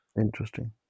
Interesting